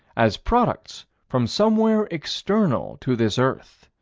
as products from somewhere external to this earth.